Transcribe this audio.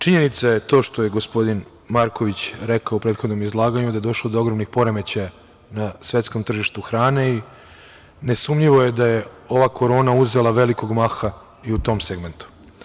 Činjenica je to što je gospodin Marković rekao u prethodnom izlaganju da je došlo do ogromnih poremećaja na svetskom tržištu hrane i nesumnjivo je da je ova korona uzela velikog maha i u tom segmentu.